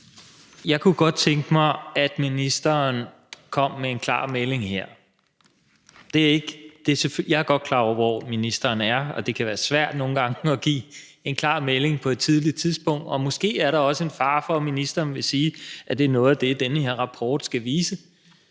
Jeg kunne godt tænke mig, at ministeren kom med en klar melding her. Jeg er godt klar over, hvor ministeren er, og at det kan være svært nogle gange at give en klar melding på et tidligt tidspunkt. Og måske er der også en fare for, at ministeren vil sige, at det er noget af det, den her rapport skal vise.